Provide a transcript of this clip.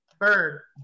third